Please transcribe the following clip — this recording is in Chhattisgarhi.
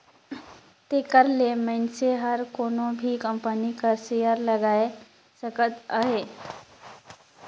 तेकर ले मइनसे हर कोनो भी कंपनी कर सेयर लगाए सकत अहे